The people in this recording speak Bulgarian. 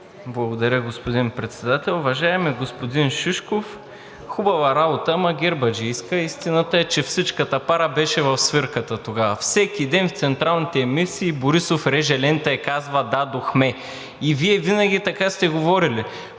Благодаря, господин Председател. Уважаеми господин Шишков, хубава работа, ама гербаджийска. Истината е, че всичката пара беше в свирката тогава – всеки ден в централните емисии Борисов реже лента и казва „дадохме“, а и Вие винаги така сте говорили